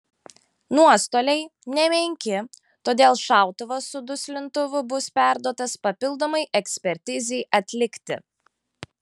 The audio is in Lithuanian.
nuostoliai nemenki todėl šautuvas su duslintuvu bus perduotas papildomai ekspertizei atlikti